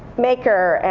maker, and